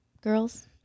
girls